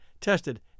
tested